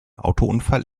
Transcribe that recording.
autounfall